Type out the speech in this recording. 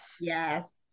Yes